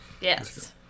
Yes